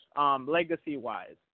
legacy-wise